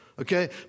Okay